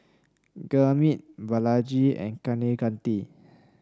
Gurmeet Balaji and Kaneganti